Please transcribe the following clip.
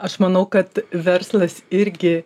aš manau kad verslas irgi